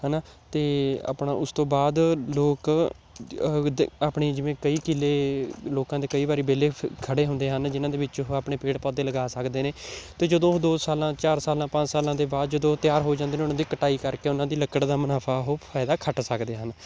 ਹੈ ਨਾ ਅਤੇ ਆਪਣਾ ਉਸ ਤੋਂ ਬਾਅਦ ਲੋਕ ਆਪਣੀ ਜਿਵੇਂ ਕਈ ਕਿੱਲ੍ਹੇ ਲੋਕਾਂ ਦੇ ਕਈ ਵਾਰੀ ਵਿਹਲੇ ਖੜ੍ਹੇ ਹੁੰਦੇ ਹਨ ਜਿਨ੍ਹਾਂ ਦੇ ਵਿੱਚ ਉਹ ਆਪਣੇ ਪੇੜ ਪੌਦੇ ਲਗਾ ਸਕਦੇ ਨੇ ਅਤੇ ਜਦੋਂ ਉਹ ਦੋ ਸਾਲਾਂ ਚਾਰ ਸਾਲਾਂ ਪੰਜ ਸਾਲਾਂ ਦੇ ਬਾਅਦ ਜਦੋਂ ਉਹ ਤਿਆਰ ਹੋ ਜਾਂਦੇ ਨੇ ਉਹਨਾਂ ਦੀ ਕਟਾਈ ਕਰਕੇ ਉਹਨਾਂ ਦੀ ਲੱਕੜ ਦਾ ਮੁਨਾਫ਼ਾ ਉਹ ਫਾਇਦਾ ਖੱਟ ਸਕਦੇ ਹਨ